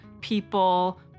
people